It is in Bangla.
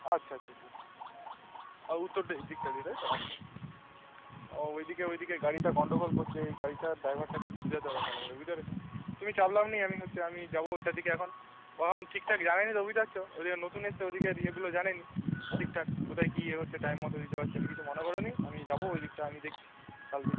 আচ্ছা আচ্ছা আচ্ছা আচ্ছা আর উত্তর ডি দিকটা দিয়ে তাই তো আচ্ছা আচ্ছা ওই দিকে ওই দিকে গাড়িটা গন্ডগোল করছে এই গাড়িটার ড্রাইভারটাকে বুঝাতে হবে ভালো করে বুঝতে পেরেছো তুমি চাপ নাও নি আমি হচ্চে আমি যাবো ওটার দিকে এখন ও এখন ঠিকঠাক জানে নি তো বুঝতে পারছো ওই যে নতুন এসছে ওদিকের ইয়েগুলো জানে নি ঠিকঠাক কোথায় কী ইয়ে হচ্ছে টাইম মতো দিতে পারছে নি কিছু মনে করো নি আমি যাবো ওই দিকটা আমি দেখছি কাল থেকে